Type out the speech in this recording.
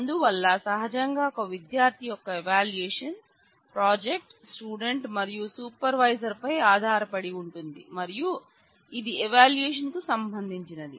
అందువల్ల సహజంగా ఒక విద్యార్థి యొక్క ఎవాల్యూయేషన్ ప్రాజెక్ట్ స్టూడెంట్ మరియు సూపర్ వైజర్ పై ఆధారపడి ఉంటుంది మరియు ఇది ఎవాల్యూయేషన్ కు సంబంధించినది